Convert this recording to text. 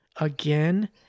again